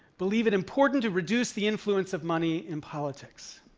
believe it important to reduce the influence of money in politics.